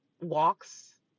walks